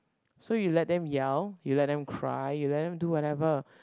so you let them yell you let them cry you let them do whatever